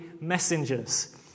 messengers